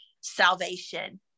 salvation